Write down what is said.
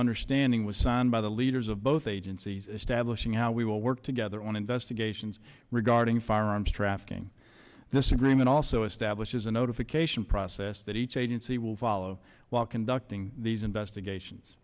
understanding was signed by the leaders of both agencies establishing how we will work together on investigations regarding firearms trafficking this agreement also establishes a notification process that each agency will follow while conducting these investigations